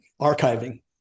archiving